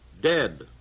dead